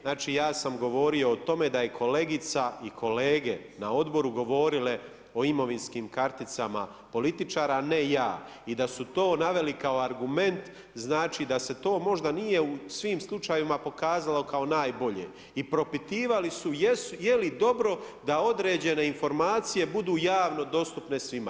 Znači, ja sam govorio o tome da je kolegica i kolege na Odboru govorile o imovinskim karticama političara, a ne ja i da su to naveli kao argument znači, da se to možda nije u svim slučajevima pokazalo kao najbolje i propitivali su je li dobro da određene informacije budu javno dostupne svima.